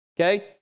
Okay